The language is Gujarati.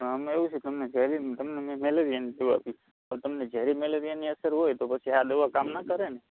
આમાં એવું છે તમને ઝેરી તમને મેં મૅલેરિયાની દવા આપી પણ તમને ઝેરી મૅલેરિયાની અસર હોય તો પછી આ દવા કામ ના કરે ને